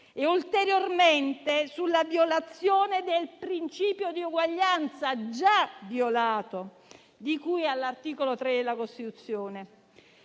e ulteriormente sulla violazione del principio di uguaglianza - già violato - di cui all'articolo 3 della Costituzione.